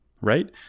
right